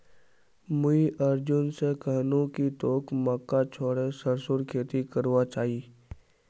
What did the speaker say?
मुई अर्जुन स कहनु कि तोक मक्का छोड़े सरसोर खेती करना चाइ